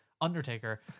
Undertaker